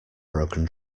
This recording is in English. broken